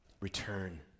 return